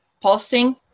pulsing